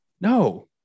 No